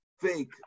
fake